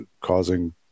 causing